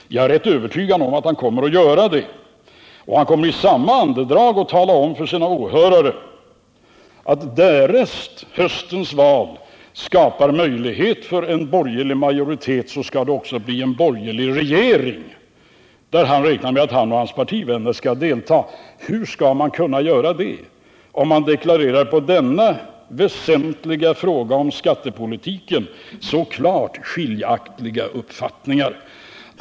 Jag är rätt övertygad om att han kommer att göra det och att han i samma andedrag kommer att tala om för sina åhörare att därest höstens val skapar möjlighet för en borgerlig majoritet, skall det också bli en borgerlig regering, där han räknar med att han och hans partivänner skall delta. Men hurskall de kunna göra det, när de i denna väsentliga fråga om skattepolitiken deklarerar så klart skiljaktiga uppfattningar?